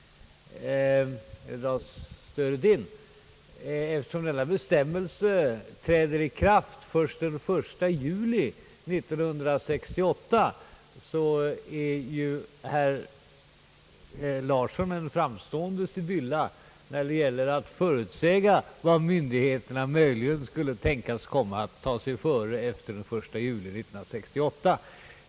Eftersom denna bestämmelse träder i kraft först den 1 juli 1968, så är ju herr Larsson en framstående sibylla när det gäller att förutsäga vad myndigheterna möjligen skulle kunna tänkas komma att ta sig före efter den 1 juli 1968.